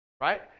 right